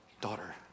daughter